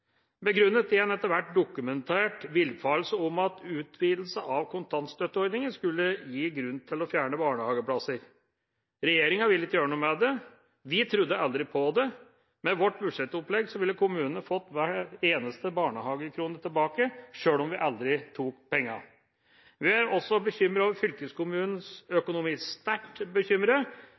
å fjerne barnehageplasser. Regjeringa vil ikke gjøre noe med det, vi trodde aldri på det. Med vårt budsjettopplegg ville kommunene fått hver eneste barnehagekrone tilbake, sjøl om vi aldri tok pengene. Vi er også bekymret over fylkeskommunens økonomi – sterkt bekymret.